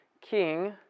king